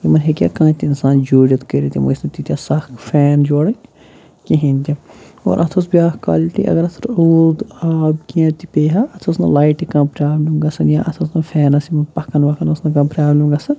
یِمَن ہیٚکہِ ہا کانٛہہ تہِ اِنسان جوٗڑِتھ کٔرِتھ یِم ٲسۍ نہٕ تیٖتیٛاہ سَکھ فین جوڑٕنۍ کِہیٖنۍ تہِ اور اَتھ اوس بیٛاکھ کالٹی اگر اَتھ روٗد آب کینٛہہ تہِ پیٚیہِ ہا اَتھ ٲس نہٕ لایٹہِ کانٛہہ پرٛابلِم گژھان یا اَتھ ٲس نہٕ فینَس یِمَن پَکھن وَکھن ٲس نہٕ کانٛہہ پرٛابلِم گژھان